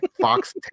fox